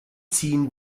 ziehen